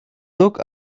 look